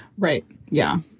right. yeah.